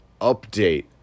update